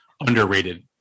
underrated